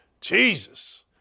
Jesus